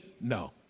no